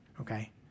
okay